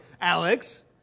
Alex